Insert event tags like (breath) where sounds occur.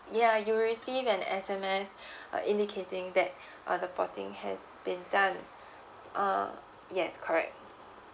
ya you'll receive an S_M_S (breath) uh indicating that uh the porting has been done uh yes correct